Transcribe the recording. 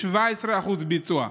17% ביצוע.